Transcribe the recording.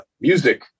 music